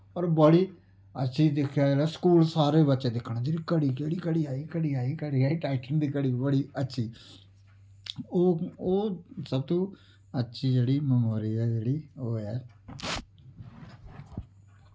और बड़ी अच्छी दिक्खै करै स्कूल सारे बच्चे दिक्खन जे घड़ी केह्ड़ी घड़ी आई घड़ी आई घड़ी आई टाइटन दी घड़ी बड़ी अच्छी ओ ओ सबतो अच्छी जेह्ड़ी मैमोरी ऐ जेह्ड़ी ओ ऐ